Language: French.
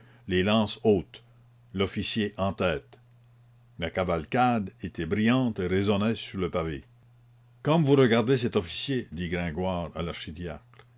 les lances hautes l'officier en tête la cavalcade était brillante et résonnait sur le pavé comme vous regardez cet officier dit gringoire à